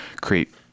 create